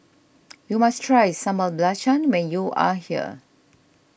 you must try Sambal Belacan when you are here